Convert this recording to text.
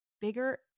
bigger